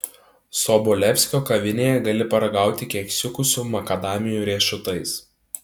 sobolevskio kavinėje gali paragauti keksiukų su makadamijų riešutais